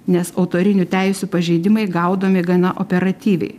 nes autorinių teisių pažeidimai gaudomi gana operatyviai